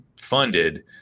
funded